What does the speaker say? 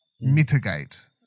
mitigate